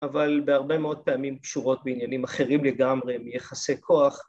‫אבל בהרבה מאוד פעמים ‫פשורות בעניינים אחרים לגמרי מיחסי כוח.